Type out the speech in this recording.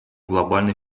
глобальной